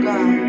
God